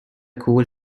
cool